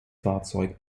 fahrzeug